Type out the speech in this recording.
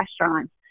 restaurants